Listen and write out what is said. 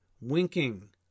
winking